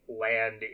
land